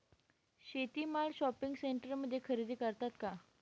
शेती माल शॉपिंग सेंटरमध्ये खरेदी करतात का?